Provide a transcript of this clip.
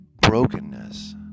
brokenness